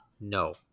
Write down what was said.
No